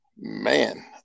Man